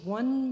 one